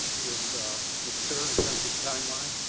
with ms. kerr in terms of timeline.